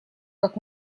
как